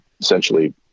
essentially –